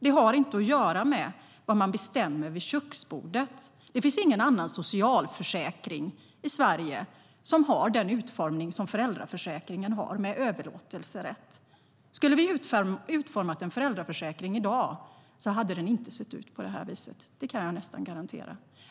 Det har inte att göra med vad man bestämmer vid köksbordet. Det finns ingen annan socialförsäkring i Sverige som har den utformning med överlåtelserätt som föräldraförsäkringen har. Skulle vi ha utformat en föräldraförsäkring i dag hade den inte sett ut på det här viset. Det kan jag nästan garantera.